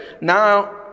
now